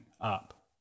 up